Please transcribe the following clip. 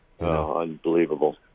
Unbelievable